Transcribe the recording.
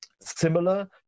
similar